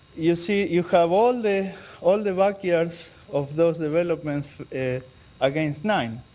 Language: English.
you see you have all the all the backyards of those developments against nine.